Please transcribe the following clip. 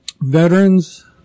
veterans